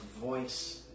voice